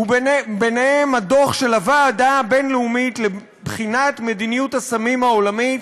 ובהם הדוח של הוועדה הבין-לאומית לבחינת מדיניות הסמים העולמית,